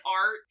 art